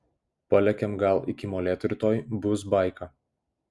palekiam gal iki molėtų rytoj bus baika